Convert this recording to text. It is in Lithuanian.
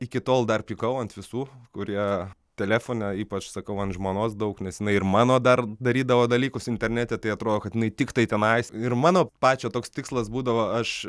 iki tol dar pykau ant visų kurie telefone ypač sakau ant žmonos daug nes jinai ir mano dar darydavo dalykus internete tai atrodo kad jinai tiktai tenais ir mano pačio toks tikslas būdavo aš